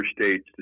states